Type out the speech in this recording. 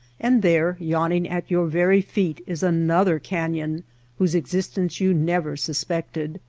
and there, yawning at yoar very feet, is another canyon whose existence you never sus pected.